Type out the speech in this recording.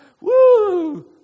Woo